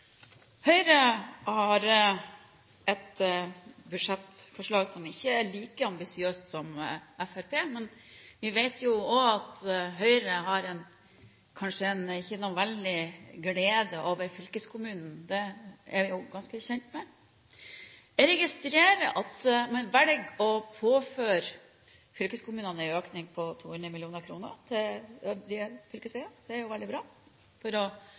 like ambisiøst som Fremskrittspartiets. Men vi vet jo også at Høyre kanskje ikke har en veldig glede over fylkeskommunen – det er vi jo ganske kjent med. Jeg registrerer at man velger å påføre fylkeskommunene en økning på 200 mill. kr til fylkesveier – det er jo veldig bra – for